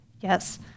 Yes